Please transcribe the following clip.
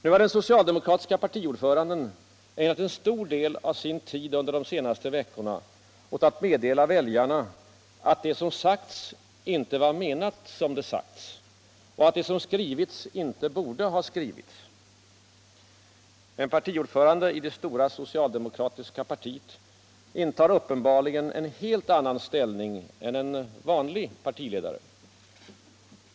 Nu har den socialdemokratiske partiordföranden ägnat en stor del av sin tid under de senaste veckorna åt att meddela väljarna att det som sagts inte var menat som det sagts. Och att det som skrivits inte borde ha skrivits. En partiordförande i det stora socialdemokratiska partiet intar uppenbarligen en helt annan ställning än en vanlig partiledare.